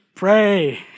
Pray